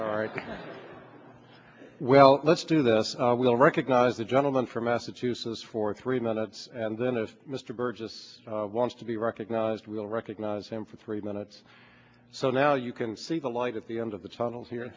st well let's do this will recognize the gentleman from massachusetts for three minutes and then if mr burgess wants to be recognized we'll recognize him for three minutes so now you can see the light at the end of the tunnel here